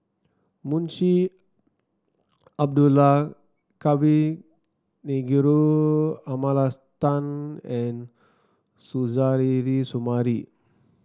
Munshi Abdullah Kavignareru Amallathasan and Suzairhe Sumari